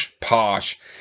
posh